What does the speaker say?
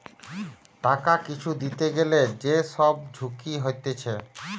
টাকা কিছু দিতে গ্যালে যে সব ঝুঁকি হতিছে